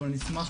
אבל נשמח,